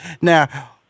Now